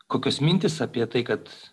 kokios mintys apie tai kad